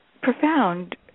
profound